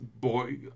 boy